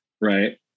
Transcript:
right